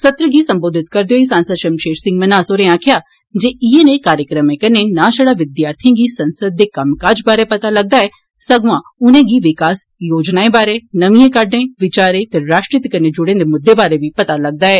सत्र गी सम्बोधित करदे होई सांसद शमशेर सिंह मन्हास हारें आक्खेआ जे इय्यै नेह कार्यक्रमे कन्नै नां छड़ा विद्यार्थिंए गी सदन दे कम्मकाज बारै पता लगदा ऐ सगुआं उनेंगी विकास योजनाएं बारै नमी काह्डें विचारें ते राष्ट्र हित्त कन्नै जुडे दे मुद्दें बारै बी पता लगदा ऐ